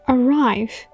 Arrive